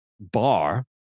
bar